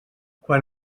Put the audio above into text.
quan